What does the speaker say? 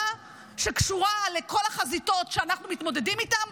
שקשורה לכל החזיתות שאנחנו מתמודדים איתן?